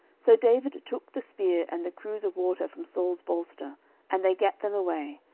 so david took the spear and the cruse of water from saul's bolster and they gat them away,